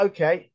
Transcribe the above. Okay